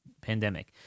pandemic